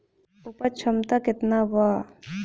उपज क्षमता केतना वा?